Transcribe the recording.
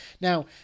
Now